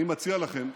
אני מציע לך,